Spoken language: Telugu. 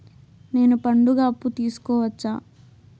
నేను పండుగ అప్పు తీసుకోవచ్చా?